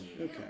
Okay